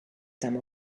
time